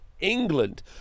England